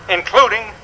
Including